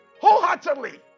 Wholeheartedly